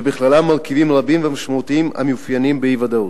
ובכללם מרכיבים רבים ומשמעותיים המאופיינים באי-ודאות.